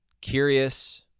curious